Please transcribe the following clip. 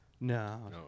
No